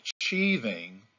achieving